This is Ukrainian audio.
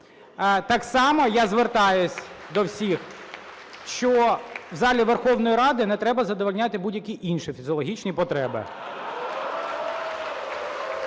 Так само я звертаюсь до всіх, що в залі Верховної Ради не треба задовольняти будь-які інші фізіологічні потреби.